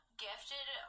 Gifted